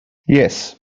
yes